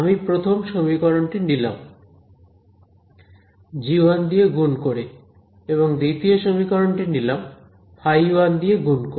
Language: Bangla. আমি প্রথম সমীকরণটি নিলাম g1 দিয়ে গুণ করে এবং দ্বিতীয় সমীকরণটি নিলাম φ1 দিয়ে গুণ করে